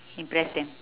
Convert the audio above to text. impress them